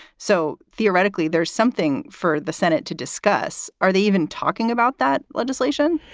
so theoretically, there's something for the senate to discuss. are they even talking about that legislation?